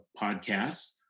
podcasts